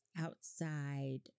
outside